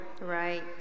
Right